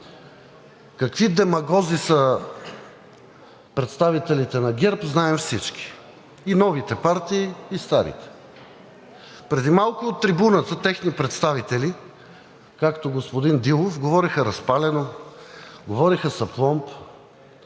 Какви демагози са представителите на ГЕРБ знаем всички – и новите партии, и старите. Преди малко от трибуната техни представители, както господин Дилов, говореха разпалено, говореха с апломб,